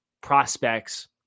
prospects